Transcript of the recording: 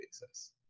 basis